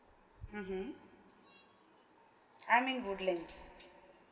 mmhmm I'm in woodlands